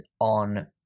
on